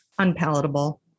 unpalatable